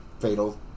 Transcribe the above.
fatal